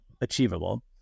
achievable